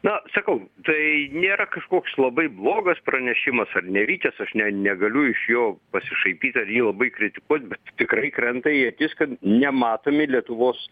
na sakau tai nėra kažkoks labai blogas pranešimas ar nevykęs aš ne negaliu iš jo pasišaipyt ar jį labai kritikuot tikrai krenta į akis kad nematomi lietuvos